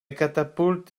catapult